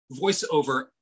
voiceover